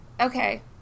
Okay